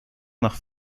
nach